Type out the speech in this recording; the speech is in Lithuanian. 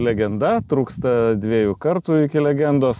legenda trūksta dviejų kartų iki legendos